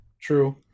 True